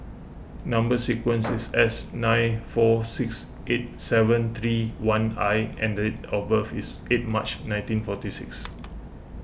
Number Sequence is S nine four six eight seven three one I and date of birth is eight March nineteen forty six